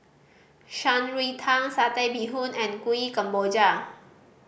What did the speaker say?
Shan Rui Tang Satay Bee Hoon and Kuih Kemboja